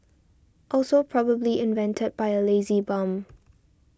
also probably invented by a lazy bum